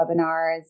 webinars